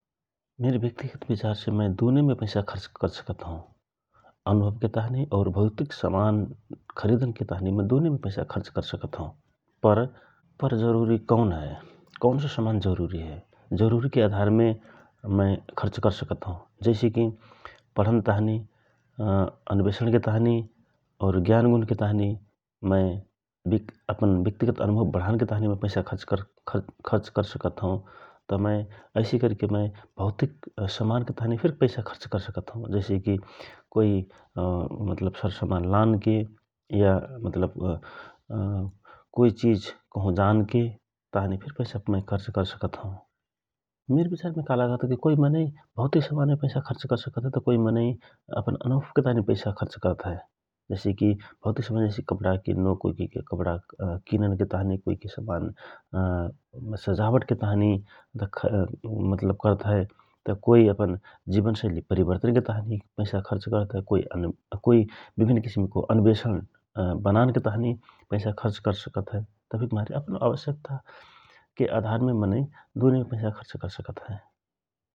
मिर व्यक्तिगत विचार से मय दुने मे पैसा खर्च कर सकत हौ । अनुभव के ताँहि और मय भौतिक वस्तु खरिदन के ताँहि दुनेम पैसा खर्च करसकत हौ । पर जरूरी कौन हए, कौन सो समान जरूरी हए, जरूरीके आधारमे मय खर्च करसकत हौ ।जइसी कि पढन ताँहि अनवेषण के ताँहि, ज्ञानगुन के ताँहि मय अपन व्यक्तिगत अनुभव बढन के ताँहि पैसा खर्च करसकत हौ । तव मय ऐसि करके मय भौतिक समानके ताँहि फिर पैसा खर्च करसकत हौ । जसी कि मय कोइ सरसमान लानके या मतलब कोइ चिज कहु जानके ताँहि फिर मय पैसा खर्च कर सकत हौ । मिर विचारमे का लागत हए कि कोइ मनै अपन अनुभवके ताँहि त कोइ मनै अपन भौतिक समान मे खर्च करत हए । भौतिक समान कहनसे कपडा किन्नो, कोइ कोइ समान सजावटके ताँहि करत हए त कोइ आदमी अपन जिवन शैली परिवर्तनके ताँहि पैसा खर्च करत हए । कोइ विभिन्न किसिमको अनबेषण के ताहि पैसा खर्च कर सकता हए तहिक मारे दुनो मे पैसा खर्च करत हए ।